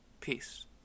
Peace